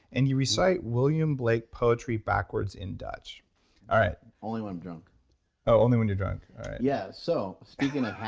and you recite william blake poetry backwards in dutch ah only when i'm drunk oh, only when you're drunk. all right yeah, so speaking of